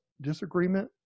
disagreement